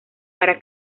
para